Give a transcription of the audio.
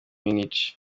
munich